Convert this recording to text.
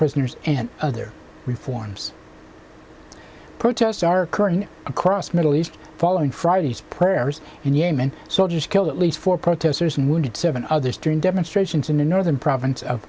prisoners and other reforms protests are occurring across the middle east following friday's prayers in yemen soldiers killed at least four protesters and wounded seven others during demonstrations in the northern province of